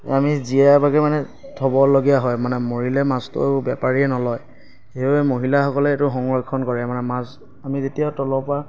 আমি জীয়া ভাগে মানে থ'বলগীয়া হয় মানে মৰিলে মাছটো বেপাৰীয়ে নলয় সেইবাবে মহিলাসকলে এইটো সংৰক্ষণ কৰে মানে মাছ আমি যেতিয়া তলৰ পৰা